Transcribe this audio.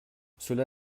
cela